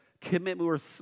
commitment